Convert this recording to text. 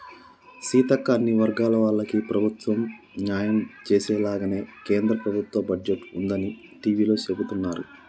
సీతక్క అన్ని వర్గాల వాళ్లకి ప్రభుత్వం న్యాయం చేసేలాగానే కేంద్ర ప్రభుత్వ బడ్జెట్ ఉందని టివీలో సెబుతున్నారు